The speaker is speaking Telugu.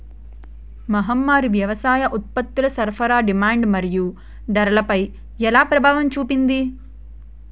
మహమ్మారి వ్యవసాయ ఉత్పత్తుల సరఫరా డిమాండ్ మరియు ధరలపై ఎలా ప్రభావం చూపింది?